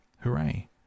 Hooray